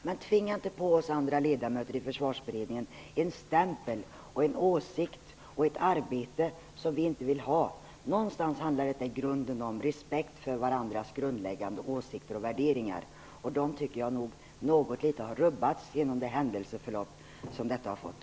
Men tvinga inte på oss andra ledamöter i Försvarsberedningen en stämpel, en åsikt och ett arbete som vi inte vill ha. Någonstans i grunden handlar detta om respekt för varandras grundläggande åsikter och värderingar. Jag tycker att den har rubbats något litet genom det händelseförlopp som detta har fått.